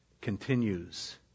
continues